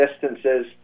distances